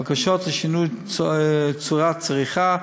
בקשות לשינוי צורת צריכה,